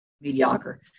mediocre